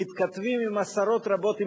מתכתבים עם עשרות רבות,